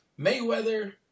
Mayweather